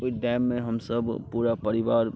ओहै डैममे हमसभ पूरा परिवार